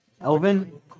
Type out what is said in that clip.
Elvin